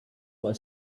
were